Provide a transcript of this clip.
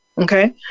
Okay